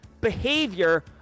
behavior